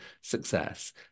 success